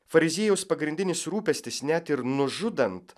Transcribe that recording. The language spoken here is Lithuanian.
fariziejaus pagrindinis rūpestis net ir nužudant